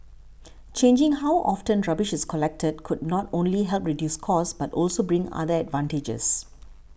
changing how often rubbish is collected could not only help to reduce costs but also bring other advantages